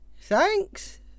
Thanks